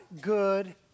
good